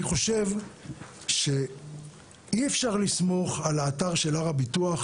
אני חושב שאי אפשר לסמוך על האתר של הר הביטוח,